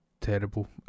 terrible